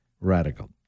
radical